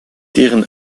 deren